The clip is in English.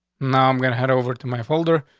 now i'm gonna head over to my folder,